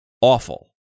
awful